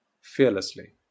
fearlessly